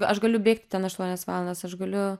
aš galiu bėgti ten aštuonias valandas aš galiu